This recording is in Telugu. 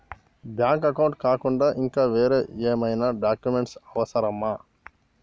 బ్యాంక్ అకౌంట్ కాకుండా ఇంకా వేరే ఏమైనా డాక్యుమెంట్స్ అవసరమా?